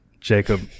jacob